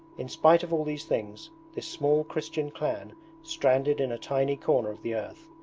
in spite of all these things this small christian clan stranded in a tiny corner of the earth,